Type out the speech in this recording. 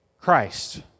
Christ